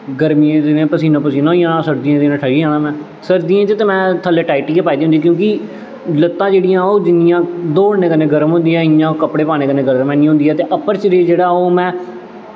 गर्मियैं दे दिनें पसीना पसीना होई जाना सर्दियैं दै दिनैं ठरी जाना में सर्दियैं च ते में थ'ल्लै टाईटी गै पाई दी होंदी क्योंकि लत्ता जेह्ड़ियां ओह् जिन्नियां दौड़ने कन्नै गर्म होंदियां इन्नियां कपड़े पाने कन्नै गर्म ऐनी होंदियां ते अप्पर शरीर जेह्ड़ा ओह् में